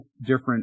different